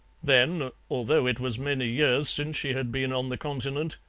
then, although it was many years since she had been on the continent,